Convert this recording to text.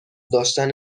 داشتن